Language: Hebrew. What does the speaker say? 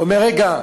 הוא אומר: רגע,